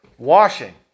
washing